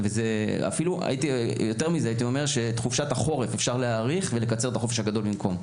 את חופשת החורף אפשר להעריך ולקצר את החופש הגדול במקום.